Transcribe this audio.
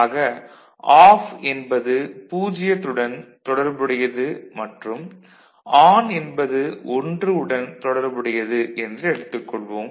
ஆக அஃப் என்பது 0 உடன் தொடர்புடையது மற்றும் ஆன் என்பது 1 உடன் தொடர்புடையது என்று எடுத்துகொள்வோம்